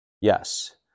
Yes